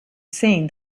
seen